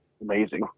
amazing